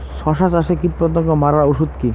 শসা চাষে কীটপতঙ্গ মারার ওষুধ কি?